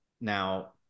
Now